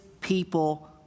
people